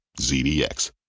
ZDX